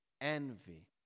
envy